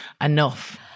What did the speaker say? enough